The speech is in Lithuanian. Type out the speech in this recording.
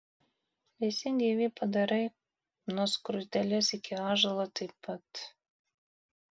visi gyvi padarai nuo skruzdėlės iki ąžuolo taip pat